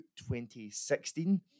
2016